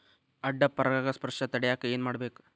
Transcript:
ಅಡ್ಡ ಪರಾಗಸ್ಪರ್ಶ ತಡ್ಯಾಕ ಏನ್ ಮಾಡ್ಬೇಕ್?